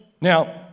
Now